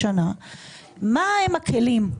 אנחנו,